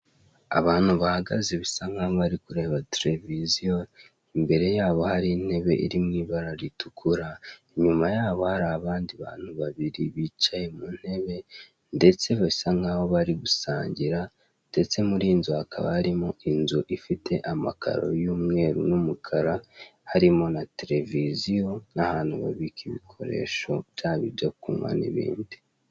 Abantu bahagaze bisa nkaho bari kureba televiziyo, imbere yabo hari intebe iri mu ibara ritukura, inyuma yabo hari abandi bantu babiri bicaye mu ntebe ndetse bisa nkaho bari gusangira, ndetse muri iyi nzu hakaba harimo inzu ifite amakaro y'umweru n'umukara, harimo na televiziyo n'ahantu babika ibikoresho byaba ibyo kunywa n'ibindi.